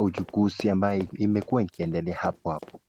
uchukuzi ambao imekua ikiendelea hapohapo.